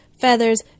feathers